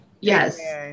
Yes